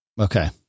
Okay